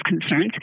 concerns